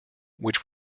which